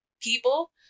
people